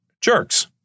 jerks